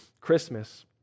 Christmas